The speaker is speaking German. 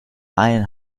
einen